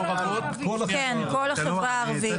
כן, כל החברה הערבית.